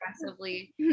aggressively